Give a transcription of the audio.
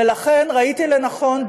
ולכן ראיתי לנכון,